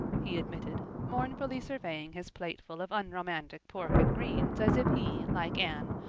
he admitted, mournfully surveying his plateful of unromantic pork and greens as if he, like anne,